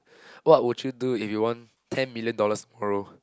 what would you do if you won ten million dollars bro